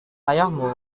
ayahmu